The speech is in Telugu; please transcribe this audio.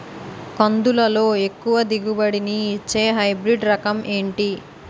కందుల లో ఎక్కువ దిగుబడి ని ఇచ్చే హైబ్రిడ్ రకం ఏంటి?